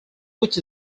which